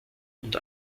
und